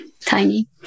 Tiny